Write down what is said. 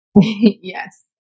Yes